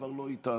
כבר לא איתנו.